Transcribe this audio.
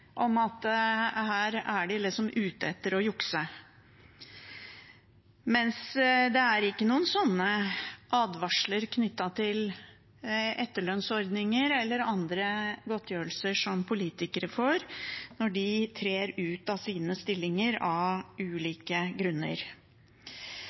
om at de her liksom er ute etter å jukse, mens det ikke er sånne advarsler knyttet til etterlønnsordninger eller andre godtgjørelser som politikere får når de av ulike grunner trer ut av sine stillinger.